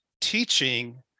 teaching